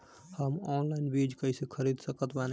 हम ऑनलाइन बीज कइसे खरीद सकत बानी?